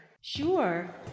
Sure